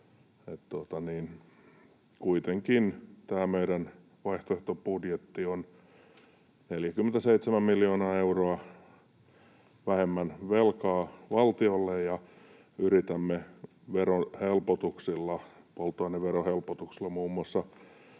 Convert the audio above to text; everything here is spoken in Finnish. Kuitenkin tämä meidän vaihtoehtobudjettimme on 47 miljoonaa euroa vähemmän velkaa valtiolle, ja yritämme verohelpotuksilla, muun muassa